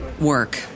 work